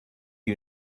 you